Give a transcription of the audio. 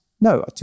No